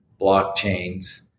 blockchains